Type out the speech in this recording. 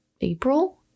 April